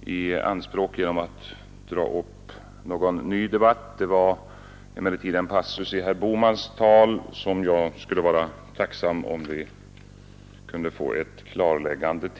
i anspråk genom att dra upp någon ny debatt. Det var emellertid en passus i herr Bohmans tal som jag skulle vara tacksam om vi kunde få ett klarläggande av.